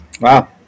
Wow